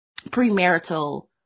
premarital